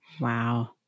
Wow